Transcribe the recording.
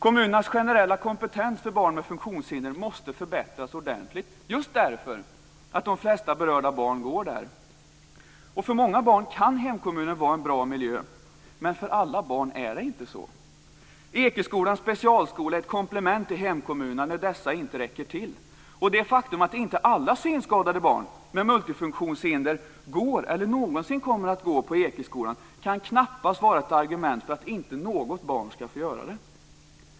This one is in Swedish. Kommunernas generella kompetens för barn med funktionshinder måste förbättras ordentligt just därför att de flesta berörda barn går i kommunala skolor. För många barn kan hemkommunen vara en bra miljö, men för alla barn är det inte så. Ekeskolans specialskola är ett komplement till hemkommunernas skolor när dessa inte räcker till. Det faktum att inte alla synskadade barn med multifunktionshinder går eller någonsin kommer att gå på Ekeskolan kan knappast vara ett argument för att inte något barn ska få göra det.